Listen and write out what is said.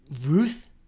Ruth